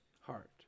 heart